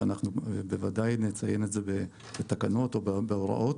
ואנחנו בוודאי נציין את זה בתקנות או בהוראות.